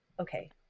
Okay